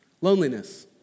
Loneliness